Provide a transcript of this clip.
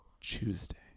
Tuesday